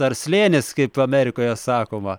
ar slėnis kaip amerikoje sakoma